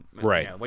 right